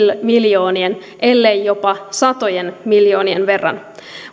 miljoonien ellei jopa satojen miljoonien verran